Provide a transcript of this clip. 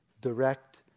direct